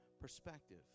perspective